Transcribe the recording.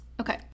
okay